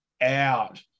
out